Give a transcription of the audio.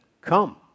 Come